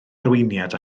arweiniad